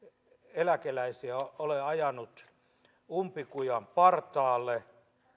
eläkeläisiä ole ajanut umpikujan partaalle